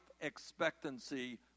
expectancy